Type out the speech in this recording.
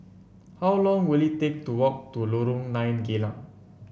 how long will it take to walk to Lorong Nine Geylang